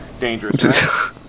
dangerous